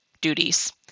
duties